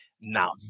Now